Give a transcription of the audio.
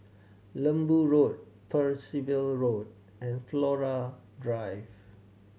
Lembu Road Percival Road and Flora Drive